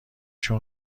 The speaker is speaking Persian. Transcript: شون